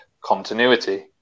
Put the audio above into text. continuity